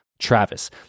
Travis